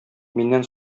миннән